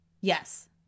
Yes